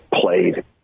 played